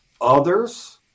Others